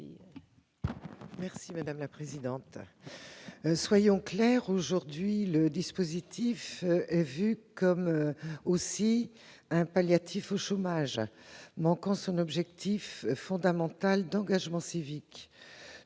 sur l'article. Soyons clairs : aujourd'hui, le dispositif est vu comme un palliatif au chômage, manquant son objectif fondamental d'engagement civique.